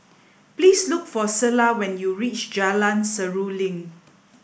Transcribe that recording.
please look for Selah when you reach Jalan Seruling